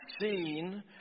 seen